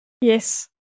Yes